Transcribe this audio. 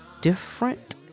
different